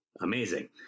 amazing